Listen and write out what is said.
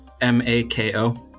M-A-K-O